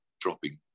dropping